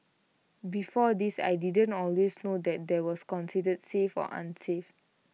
before this I didn't always know what was considered safe or unsafe